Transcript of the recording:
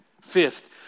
Fifth